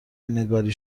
نگاری